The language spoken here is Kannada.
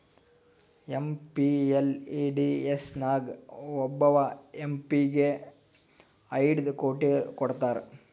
ಎಮ್.ಪಿ.ಎಲ್.ಎ.ಡಿ.ಎಸ್ ನಾಗ್ ಒಬ್ಬವ್ ಎಂ ಪಿ ಗ ಐಯ್ಡ್ ಕೋಟಿ ಕೊಡ್ತಾರ್